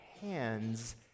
hands